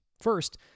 First